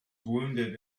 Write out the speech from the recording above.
wounded